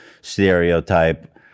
stereotype